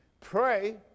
Pray